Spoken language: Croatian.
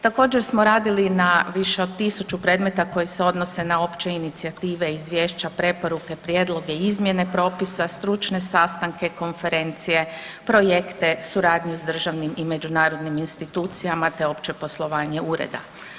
Također smo radili na više od 1000 predmeta koje se odnose na opće inicijative i izvješća, preporuke, prijedloge i izmjene propisa, stručne sastanke, konferencije, projekte, suradnje s državnim i međunarodnim institucijama te opće poslovanje Ureda.